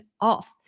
off